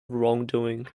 wrongdoing